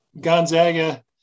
Gonzaga